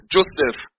Joseph